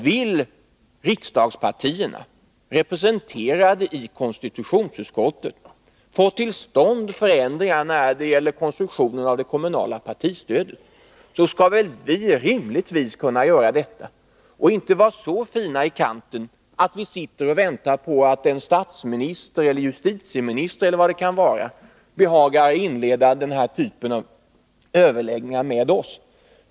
Vill riksdagspartierna, representerade i konstitutionsutskottet, få till stånd förändringar när det gäller konstruktionen av det kommunala partistödet, så skall väl vi rimligtvis kunna göra detta och inte vara så fina i kanten att vi sitter och väntar på att statsministern eller justitieministern — eller vem det kan vara — behagar inleda den här typen av överläggningar med oss.